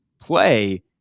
play